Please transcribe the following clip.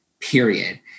period